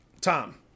Tom